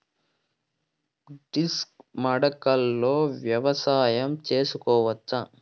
Disc మడకలతో వ్యవసాయం చేసుకోవచ్చా??